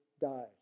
died